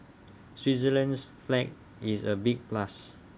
Switzerland's flag is A big plus